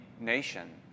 nation